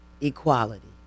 equality